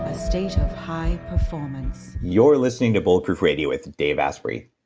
ah state of high performance you're listening to bulletproof radio with dave asprey.